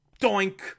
Doink